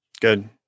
Good